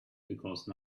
because